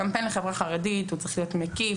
קמפיין לחברה חרדית צריך להיות מקיף,